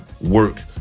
work